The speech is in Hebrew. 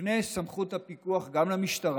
תוקנה סמכות הפיקוח גם למשטרה,